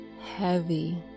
heavy